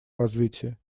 развитие